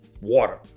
water